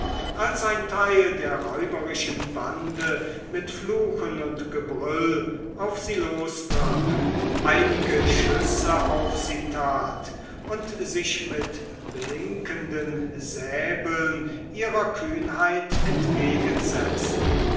als ein teil der räuberischen bande mit fluchen und gebrüll auf sie losbrach einige schüsse auf sie tat und sich mit blinkenden säbeln ihrer kühnheit entgegensetzte